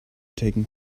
taken